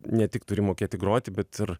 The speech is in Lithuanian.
ne tik turi mokėti groti bet ir